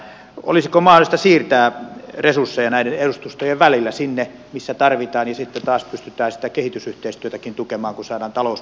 olisiko mahdollista siirtää resursseja näiden edustustojen välillä sinne missä tarvitaan niin että sitten taas pystyttäisiin sitä kehitysyhteistyötäkin tukemaan kun saadaan talous pyörimään